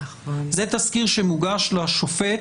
זה תסקיר שמוגש לשופט,